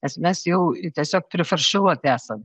nes mes jau į tiesiog prifarširuoti esam